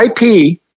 IP